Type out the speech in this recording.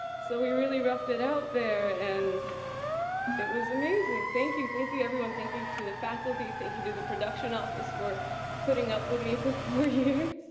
so we really roughed it out there and it was amazing. thank you, thank you, everyone. thank you to the faculty, thank you to the production office for putting up with me for four years.